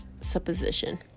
supposition